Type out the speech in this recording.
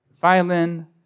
violin